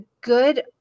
good